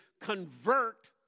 convert